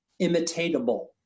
imitatable